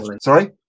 sorry